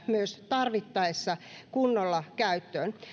myös tarvittaessa kunnolla käyttöön